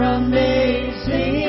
amazing